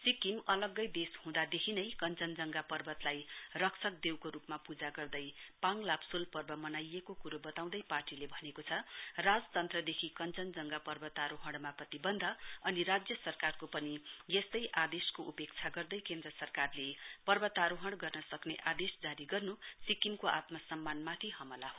सिक्किम अलग देश हुँदा देखि नै कश्वनजंघा पर्वतलाई रक्षक देवको रूपमा पूजा गर्दै पाङ लाब्सोल पर्व मनाइएको कुरो बताउँदै पार्टीले भनेको छ राजतन्त्रदेखि कञ्जनजंघा पर्वतारोहणमा प्रतिबन्ध अनि राज्य सरकारको पनि यस्तै आदेश उपेक्षा गर्दै केन्द्र सरकारले पर्वतारोहण गर्न सक्ने आदेश जारी गर्नु सिक्किमको आत्मसम्मान माथि हमला हो